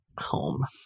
home